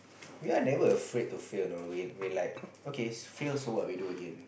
we're never afraid to fail you know we we're like okay fail so what we do again